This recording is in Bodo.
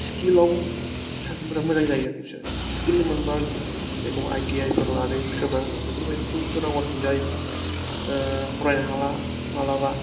स्किलाव बिराथ मोजां जायो आरखि बिसोरो स्किल मोनबा आरखि जायखौ आई टी आई फोर लादों सोरबा बेफोरबादिखौ होनांगौ आरखि जाय फरायनो हाला मालाबा